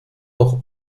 doch